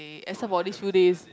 eh except for this few days